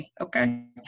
okay